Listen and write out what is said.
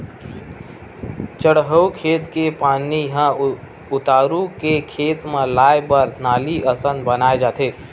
चड़हउ खेत के पानी ह उतारू के खेत म लाए बर नाली असन बनाए जाथे